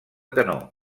canó